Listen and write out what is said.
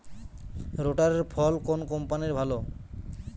রোটারের ফল কোন কম্পানির ভালো?